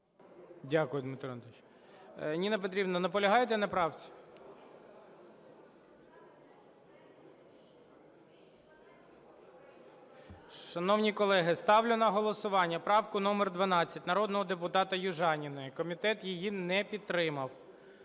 Дякую, Дмитро Анатолійович. Ніна Петрівна, наполягаєте на правці? Шановні колеги, ставлю на голосування правку номер 12 народного депутата Южаніної. Комітет її не підтримав.